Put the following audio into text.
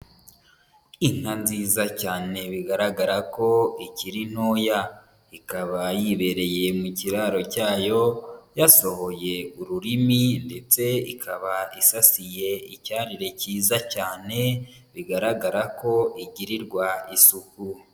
Inka nziza cyane bigaragara ko ikiri ntoya, ikaba yibereye mu kiraro cyayo yasohoye ururimi ndetse ikaba isasiye icyarire kiza cyane, bigaragara ko igirirwa isuku.